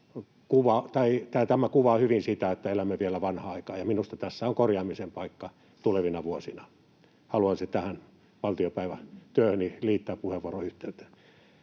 tämä kuvaa hyvin sitä, että elämme vielä vanhaa aikaa, ja minusta tässä on korjaamisen paikka tulevina vuosina. Haluan tämän liittää valtiopäivätyöhöni tämän puheenvuoroni yhteyteen.